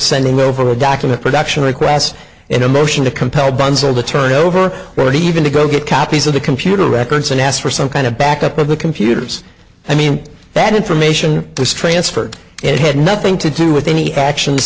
sending over a document production requests and a motion to compel bunzl to turn over right even to go get copies of the computer records and ask for some kind of backup of the computers i mean that information this transfer it had nothing to do with any actions